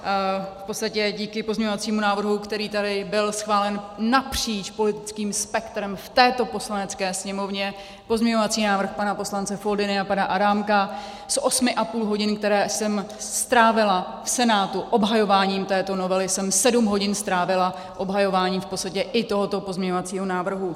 V podstatě díky pozměňovacímu návrhu, který tady byl schválen napříč politickým spektrem v této Poslanecké sněmovně, pozměňovací návrh pana poslance Foldyny a pana Adámka, z osmi a půl hodin, které jsem strávila v Senátu obhajováním této novely, jsem sedm hodin strávila obhajováním v podstatě i tohoto pozměňovacího návrhu.